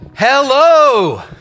Hello